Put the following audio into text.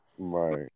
right